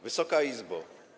Wysoka Izbo!